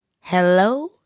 Hello